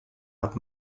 hat